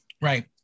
Right